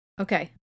Okay